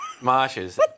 Marshes